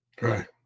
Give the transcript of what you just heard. Right